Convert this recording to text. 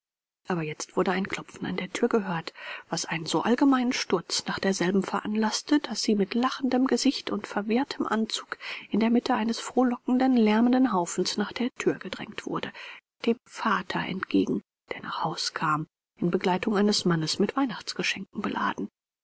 aber jetzt wurde ein klopfen an der thür gehört was einen so allgemeinen sturz nach derselben veranlaßte daß sie mit lachendem gesicht und verwirrtem anzug in der mitte eines frohlockenden lärmenden haufens nach der thür gedrängt wurde dem vater entgegen der nach haus kam in begleitung eines mannes mit weihnachtsgeschenken beladen